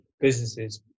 businesses